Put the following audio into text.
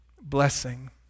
blessing